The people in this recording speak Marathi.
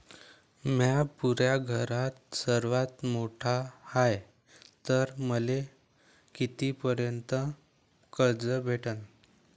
म्या पुऱ्या घरात सर्वांत मोठा हाय तर मले किती पर्यंत कर्ज भेटन?